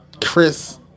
Chris